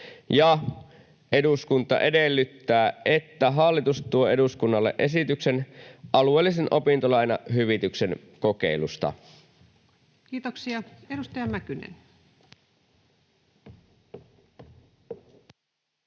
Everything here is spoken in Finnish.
”Eduskunta edellyttää, että hallitus tuo eduskunnalle esityksen alueellisen opintolainahyvityksen kokeilusta.” Kiitoksia. — Edustaja Mäkynen.